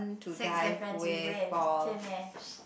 sixth difference we win finish